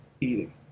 eating